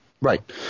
Right